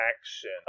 action